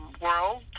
world